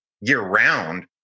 year-round